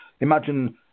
Imagine